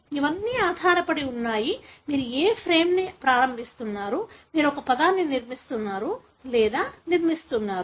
ఇవన్నీ ఆధారపడి ఉంటాయి మీరు ఏ ఫ్రేమ్ను ప్రారంభిస్తున్నారు మీరు ఒక పదాన్ని నిర్మిస్తున్నారు లేదా నిర్మిస్తున్నారు